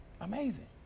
amazing